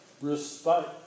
respect